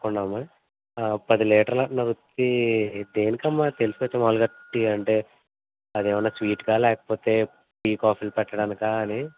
తప్పకుండా అమ్మ పది లీటర్ల అంటున్నారు ఇంతకి దేనికమ్మా తెలుసుకోవచ్చా మామూలుగా టీ అంటే అదేమన్నా స్వీట్కా లేకపోతే టీ కాఫీలు పెట్టడానికా అని